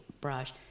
brush